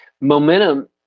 momentum